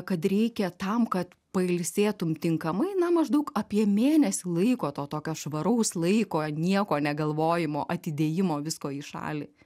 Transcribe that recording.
kad reikia tam kad pailsėtum tinkamai na maždaug apie mėnesį laiko to tokio švaraus laiko nieko negalvojimo atidėjimo visko į šalį